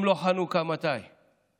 אם לא בחנוכה, מתי?